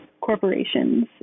corporations